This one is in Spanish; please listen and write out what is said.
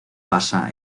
basa